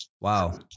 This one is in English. Wow